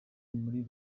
muri